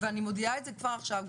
ואני מודיעה את זה כבר עכשיו,